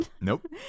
Nope